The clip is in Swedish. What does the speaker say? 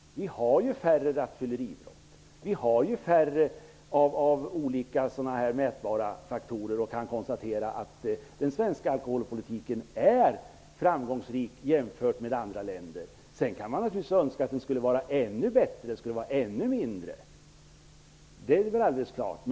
Vi har färre rattfylleribrott. Vi har färre av olika mätbara faktorer och kan konstatera att den svenska alkoholpolitiken är framgångsrik jämfört med andra länders. Sedan kan man naturligtvis önska att den skulle vara ännu bättre och att de negativa faktorerna skulle vara ännu färre. Det är alldeles klart.